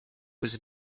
was